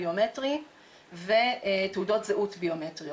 ביומטרי ותעודות זהות ביומטריות.